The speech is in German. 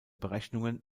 berechnungen